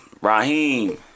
Raheem